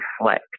reflect